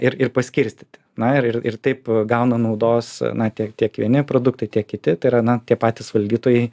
ir ir paskirstyti na ir ir taip gauna naudos na tiek tiek vieni produktai tiek kiti tai yra na tie patys valdytojai